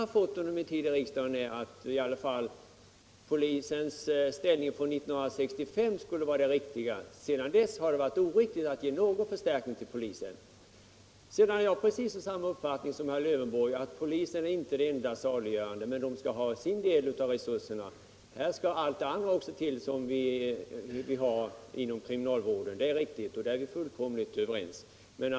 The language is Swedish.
Alltid har det varit oriktigt att ge någon förstärkning till polisen. Jag har precis som herr Lövenborg den uppfattningen att polisen inte är det enda saliggörande utan att mycket annat måste till inom kriminalvården. Men polisen skall ha sin del av resurserna.